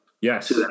Yes